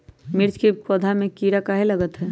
मिर्च के पौधा में किरा कहे लगतहै?